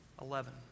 Eleven